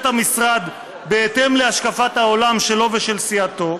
המשרד בהתאם להשקפת העולם שלו ושל סיעתו,